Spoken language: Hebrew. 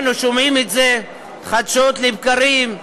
אנחנו שומעים את זה חדשות לבקרים.